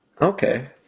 Okay